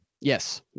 Yes